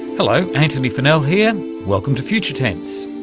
hello, antony funnell here and welcome to future tense.